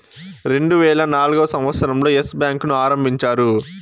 రెండువేల నాల్గవ సంవచ్చరం లో ఎస్ బ్యాంకు ను ఆరంభించారు